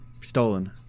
stolen